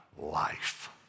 Life